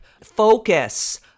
focus